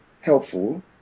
helpful